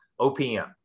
OPM